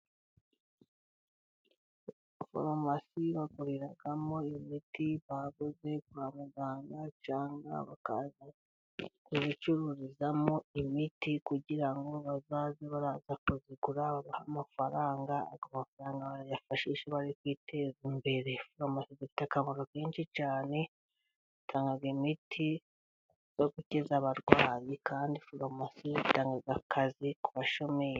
Farumasi bakoreramo imiti baguze kwa muganga cyangwa bakaza kuyicururizamo imiti kugira ngo bazajye baza kuyigura babahe amafaranga, ayo mafaranga bayifashishe bari kwiteza imbere. Farumasi ifite akamaro kenshi cyane. Itanga imiti yo gukiza abarwayi kandi farumasi itanga akazi ku bashomeri.